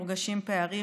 מורגשים פערים,